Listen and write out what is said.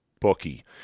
bookie